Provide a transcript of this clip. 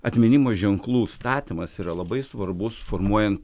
atminimo ženklų statymas yra labai svarbus formuojant